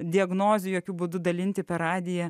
diagnozių jokiu būdu dalinti per radiją